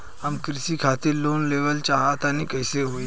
हम कृषि खातिर लोन लेवल चाहऽ तनि कइसे होई?